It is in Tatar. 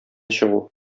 чыгу